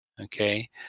Okay